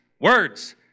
Words